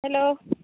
hello